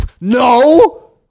No